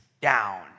down